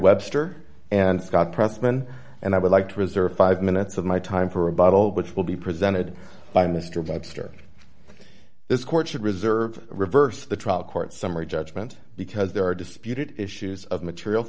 men and i would like to reserve five minutes of my time for a bottle which will be presented by mr webster this court should reserve reverse the trial court summary judgment because there are disputed issues of material